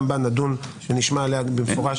גם בה נדון ונשמע עליה במפורש.